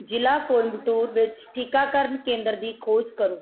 ਜ਼ਿਲੇ ਕੋਇੰਬਟੂਰ ਵਿੱਚ ਟੀਕਾਕਰਨ ਕੇਂਦਰ ਦੀ ਖੋਜ ਕਰੋ